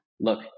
look